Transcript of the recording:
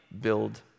build